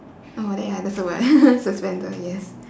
oh that ya that's the word suspenders yes